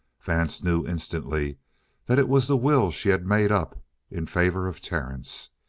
vance knew instantly that it was the will she had made up in favor of terence.